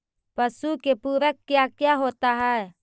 पशु के पुरक क्या क्या होता हो?